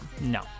No